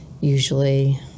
usually